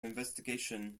investigation